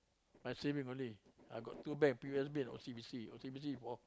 my saving only I got two bank P_O_S_B and O_C_B_C O_C_B_C is for